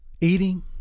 eating